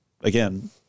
again